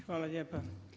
Hvala lijepa.